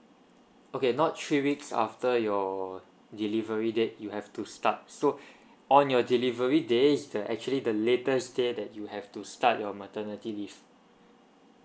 okay not three weeks after your delivery date you have to start so on your delivery days the actually the later day that you have to start your maternity leave